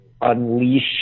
unleash